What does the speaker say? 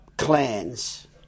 clans